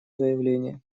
заявление